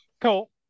Cool